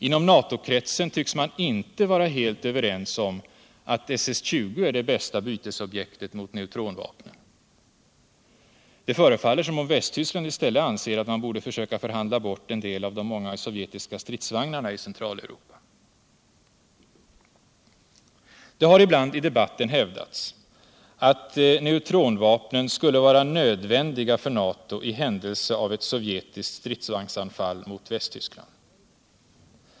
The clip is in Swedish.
Inom NATO-kretsen tycks man inte vara helt överens om att SS 20 är det bästa bytesobjektet när det gäller neutronvapnen. Det förefaller som om Visttyskland i stället anser alt man borde försöka förhandla bort en del av de många sovjeviska stridsvagnarna i Centraleuropa. Det har ibland hävdats att neutronvapnen skulle vara nödvändiga för NATO i händelse av et sovjetiskt stridsvagnsanfall mot Västtyskland.